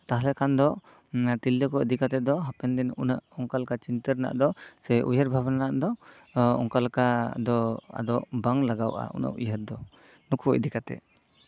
ᱛᱟᱦᱚᱞᱮ ᱠᱷᱟᱱ ᱫᱚ ᱛᱤᱨᱟᱹ ᱠᱚ ᱤᱫᱤ ᱠᱟᱛᱮᱜ ᱫᱚ ᱦᱟᱯᱮᱱ ᱫᱤᱱ ᱩᱱᱟᱹᱜ ᱚᱱᱠᱟ ᱞᱮᱠᱟ ᱪᱤᱱᱛᱟᱹ ᱨᱮᱱᱟᱜ ᱫᱚ ᱥᱮ ᱩᱭᱦᱟᱹᱨ ᱵᱷᱟᱵᱽᱱᱟ ᱫᱚ ᱚᱱᱠᱟ ᱞᱮᱠᱟ ᱫᱚ ᱟᱫᱚ ᱵᱟᱝ ᱞᱟᱜᱟᱜᱼᱟ ᱩᱱᱟᱹᱜ ᱩᱭᱦᱟᱹᱨ ᱫᱚ ᱱᱩᱠᱩ ᱤᱫᱤ ᱠᱟᱛᱮᱜ